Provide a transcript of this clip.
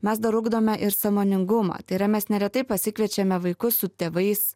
mes dar ugdome ir sąmoningumą tai yra mes neretai pasikviečiame vaikus su tėvais